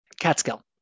Catskill